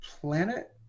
Planet